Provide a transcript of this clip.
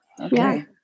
okay